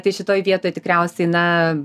tai šitoj vietoj tikriausiai na